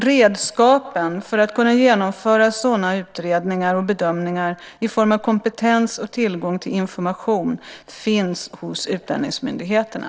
Redskapen för att kunna genomföra sådana utredningar och bedömningar i form av kompetens och tillgång till information finns hos utlänningsmyndigheterna.